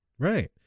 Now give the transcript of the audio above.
Right